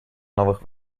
новых